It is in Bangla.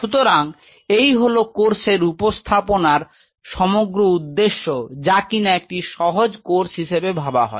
সুতরাং এই হল কোর্সের উপস্থাপনার সমগ্র উদ্দেশ্য যা কিনা একটি সহজ কোর্স হিসেবে ভাবা হয়